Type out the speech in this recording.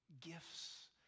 gifts